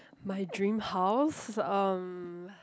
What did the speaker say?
my dream house um